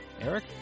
Eric